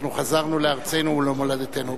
אנחנו חזרנו לארצנו ולמולדתנו.